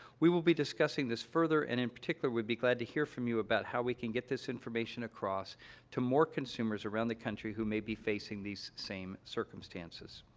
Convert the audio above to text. we will be discussing this further, and, in particular, we'd be glad to hear from you about how we can get this information across to more consumers around the country who may be facing these same circumstances.